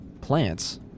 Plants